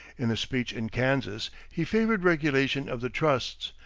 in a speech in kansas, he favored regulation of the trusts,